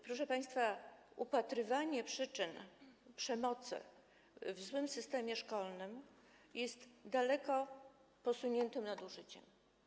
Proszę państwa, upatrywanie przyczyn przemocy w złym systemie szkolnym jest daleko posuniętym nadużyciem.